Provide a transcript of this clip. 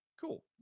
cool